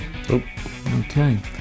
Okay